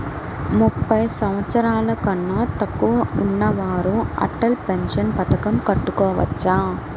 ముప్పై సంవత్సరాలకన్నా తక్కువ ఉన్నవారు అటల్ పెన్షన్ పథకం కట్టుకోవచ్చా?